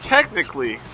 Technically